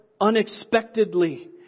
unexpectedly